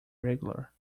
regular